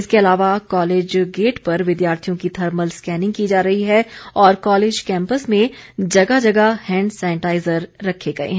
इसके अलावा college gate पर विद्यार्थियों की थर्मल स्कैनिंग की जा रही है और कॉलेज कैंपस में जगह जगह हैंड सैनिटाईजर रखे गए हैं